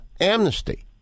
amnesty